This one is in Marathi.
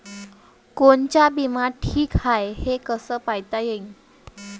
कोनचा बिमा ठीक हाय, हे कस पायता येईन?